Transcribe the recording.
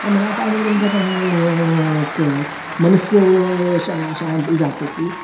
ಆಮೇಲೆ ಆಟ ಆಡೋದ್ರಿಂದ ನಾವು ಕ ಮನಸ್ಸು ಶಾಂತಿ ಇದು ಆಗ್ತೈತಿ